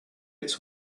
its